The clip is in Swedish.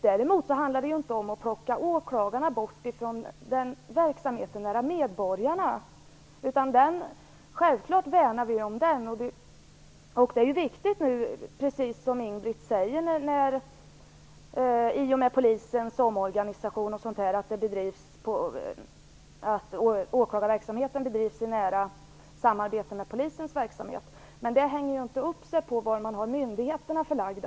Däremot handlar det inte om plocka bort åklagarna från verksamheten nära medborgarna. Självklart värnar vi om den verksamheten. Det är, precis som Ingbritt Irhammar säger, viktigt med tanke på Polisens omorganisation att åklagarverksamheten bedrivs i nära samarbete med polisverksamheten. Men det hänger ju inte på var myndigheterna är förlagda.